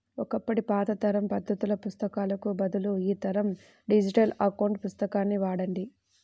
ఒకప్పటి పాత తరం పద్దుల పుస్తకాలకు బదులు ఈ తరం డిజిటల్ అకౌంట్ పుస్తకాన్ని వాడండి